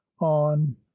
on